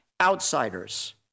outsiders